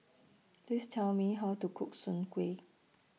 Please Tell Me How to Cook Soon Kuih